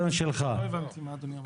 לא הבנתי מה אדוני אמר.